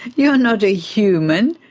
you're not a human,